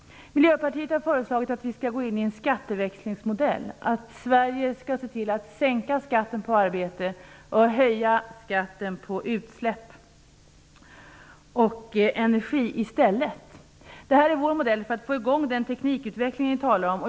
Miljöpartiet har föreslagit att vi skall gå in i en skatteväxlingsmodell, att Sverige skall se till att sänka skatten på arbete och höja skatten på utsläpp och energi i stället. Det här är vår modell för att få i gång den teknikutveckling som vi talar om.